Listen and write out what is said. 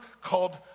called